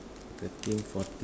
thirteen fourteen